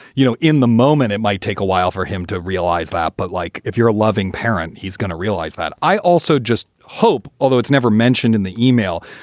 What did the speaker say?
you know, in the moment, it might take a while for him to realize that. but like, if you're a loving parent, he's going to realize that. i also just hope, although it's never mentioned in the email,